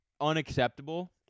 unacceptable